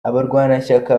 abarwanashyaka